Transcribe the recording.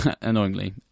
annoyingly